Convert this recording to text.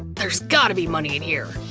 there's gotta be money in here.